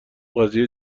قضیه